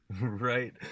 Right